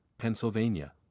Pennsylvania